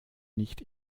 nicht